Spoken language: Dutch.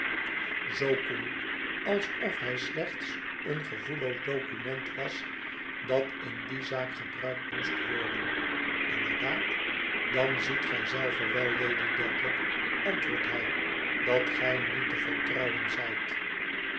zoo koel alsof hij slechts een gevoelloos document was dat in die zaak gebruikt moest worden inderdaad dan ziet gij zelve wel lady dedlock antwoordt hij dat gij niet te vertrouwen zljt